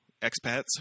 expats